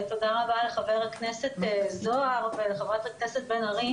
תודה רבה לחבר הכנסת זוהר ולחברת הכנסת בן-ארי.